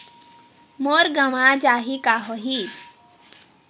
मोर गंवा जाहि का होही?